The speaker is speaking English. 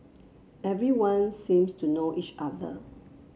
everyone seems to know each other